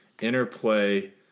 interplay